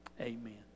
Amen